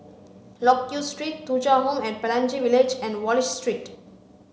Loke Yew Street Thuja Home at Pelangi Village and Wallich Street